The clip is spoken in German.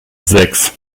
sechs